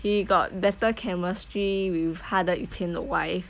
he got better chemistry with 他的以前的 wife